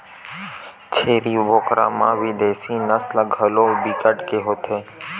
छेरी बोकरा म बिदेसी नसल घलो बिकट के होथे